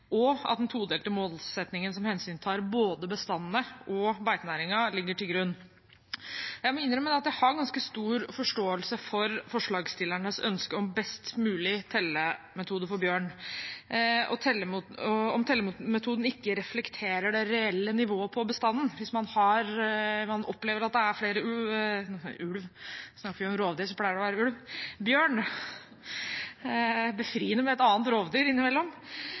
og at den todelte målsettingen som hensyntar både bestandene og beitenæringen, ligger til grunn. Jeg må innrømme at jeg har ganske stor forståelse for forslagsstillernes ønske om best mulig tellemetode for bjørn. Om tellemetoden ikke reflekterer det reelle nivået på bestanden, hvis man opplever at det er flere ulv – eller ulv … snakker man om rovdyr, pleier det å være ulv, jeg mente bjørn; det er befriende med et annet rovdyr innimellom